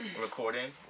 recording